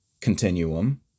continuum